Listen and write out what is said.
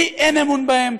לי אין אמון בהם,